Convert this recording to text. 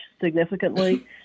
significantly